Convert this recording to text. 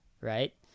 right